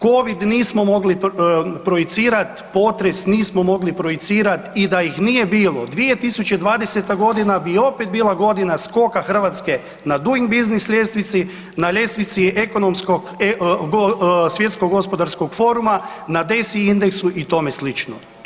Covid nismo mogli projicirat, potres nismo mogli projicirat i da ih nije bilo 2020.g. bi opet bila godina skoka Hrvatske na doing business ljestvici na ljestvici ekonomskog svjetskog gospodarskog foruma, na DESI indeksu i tome slično.